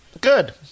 Good